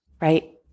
right